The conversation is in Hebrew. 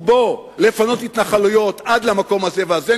ובו לפנות התנחלויות עד למקום הזה והזה?